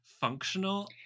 functional